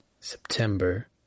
september